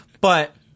But-